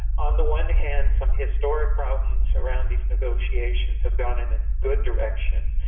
on the one hand, some historic problems around these negotiations have gone in a good direction.